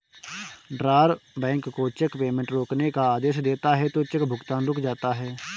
drawer bank को cheque payment रोकने का आदेश देता है तो चेक भुगतान रुक जाता है